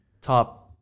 Top